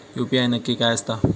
UPI नक्की काय आसता?